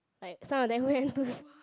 like some of them who went to